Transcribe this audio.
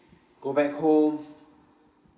go back home